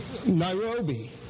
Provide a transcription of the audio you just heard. Nairobi